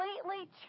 completely